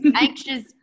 anxious